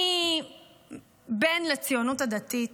אני בן לציונות הדתית,